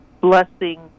blessing